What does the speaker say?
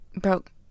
broke